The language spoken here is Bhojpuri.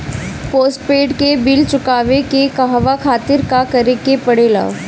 पोस्टपैड के बिल चुकावे के कहवा खातिर का करे के पड़ें ला?